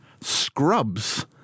Scrubs